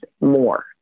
more